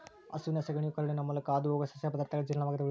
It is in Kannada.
ಹಸುವಿನ ಸಗಣಿಯು ಕರುಳಿನ ಮೂಲಕ ಹಾದುಹೋಗುವ ಸಸ್ಯ ಪದಾರ್ಥಗಳ ಜೀರ್ಣವಾಗದೆ ಉಳಿದಿರುವುದು